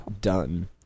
done